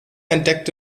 entdeckte